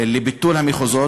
לביטול המחוזות,